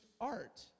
art